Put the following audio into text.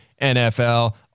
NFL